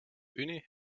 unie